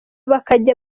bakajya